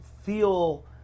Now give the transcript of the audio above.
feel